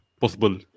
possible